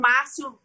Márcio